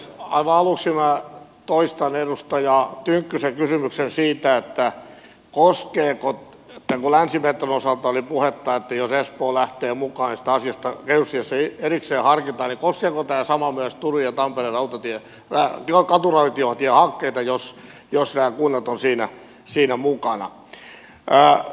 aivan aluksi minä toistan edustaja tynkkysen kysymyksen siitä että kun länsimetron osalta oli puhetta että jos espoo lähtee mukaan niin sitä asiaa sitten erikseen harkitaan mutta koskeeko tämä sama myös turun ja tampereen rautatien ja joka tuo julki että katuraitiotiehankkeita jos nämä kunnat ovat niissä mukana